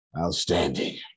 Outstanding